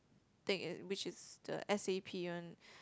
take it which is the s_a_p one